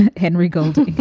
henry gould,